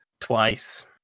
Twice